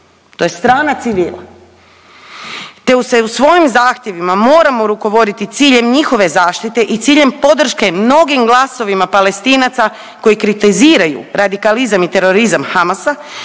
To je strana civila te se u svojim zahtjevima moramo rukovoditi ciljem njihove zaštite i ciljem podrške mnogim glasovima Palestinaca koji kritiziraju radikalizam i terorizam Hamasa,